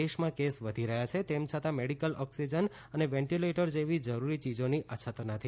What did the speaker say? દેશમાં કેસ વધી રહ્યા છે તેમ છતાં મેડિકલ ઓક્સિજન અને વેન્ટિલેટર જેવી જરૂરી ચીજોની અછત નથી